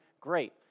great